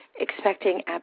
expecting